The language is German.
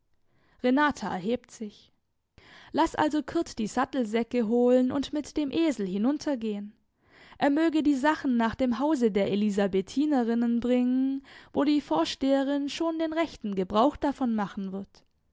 renata erhebt sich laß also kurt die sattelsäcke holen und mit dem esel hinuntergehen er möge die sachen nach dem hause der elisabethinerinnen bringen wo die vorsteherin schon den rechten gebrauch davon machen wird